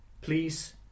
please